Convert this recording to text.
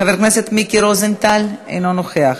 חבר הכנסת מיקי רוזנטל, אינו נוכח,